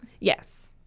Yes